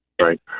right